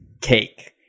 cake